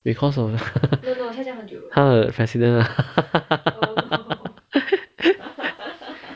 because of 他的 president ah